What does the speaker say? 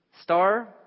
Star